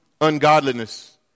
ungodliness